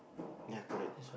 ya correct